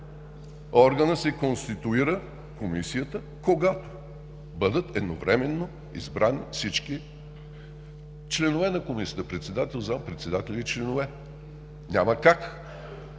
Органът се конституира – комисията, когато бъдат едновременно избрани всички членове на комисията – председател, заместник-председател и членове. Няма как